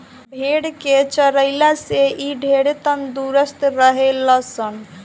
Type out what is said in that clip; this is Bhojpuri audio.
भेड़ के चरइला से इ ढेरे तंदुरुस्त रहे ले सन